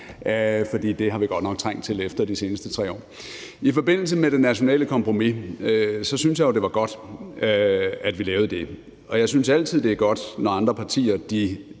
for det har vi godt nok trængt til efter de seneste 3 år. I forbindelse med det nationale kompromis synes jeg jo, det var godt, at vi lavede det. Jeg synes altid, det er godt, andre partier